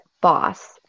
boss